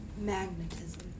Magnetism